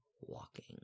walking